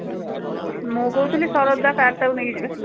ମୁଁ କହୁଥିଲି ଶରଦା କାର୍ଟାକୁ ନେଇଯିବା